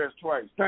twice